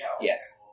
Yes